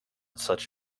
such